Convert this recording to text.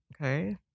Okay